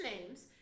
names